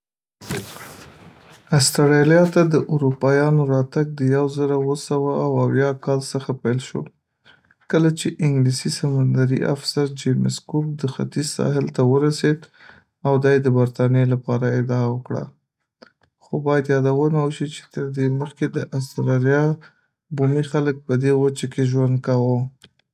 استرالیا ته د اروپایانو راتګ د یو زره اوه سوه او اویا کال څخه پیل شو، کله چې انګلیسي سمندري افسر جېمز کوک د ختیځ ساحل ته ورسېد او دا یې د برتانیې لپاره ادعا وکړه، خو باید یادونه وشي چې تر دې مخکې، د استرالیا بومي خلک په دې وچه کې ژوند کاوه.